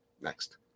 next